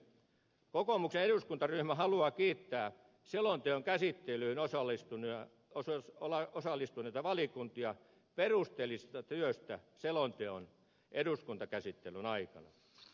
kokoomuksen eduskuntaryhmä haluaa kiittää selonteon käsittelyyn osallistuneita valiokuntia perusteellisesta työstä selonteon eduskuntakäsittelyn aikana